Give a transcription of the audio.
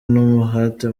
n’umuhate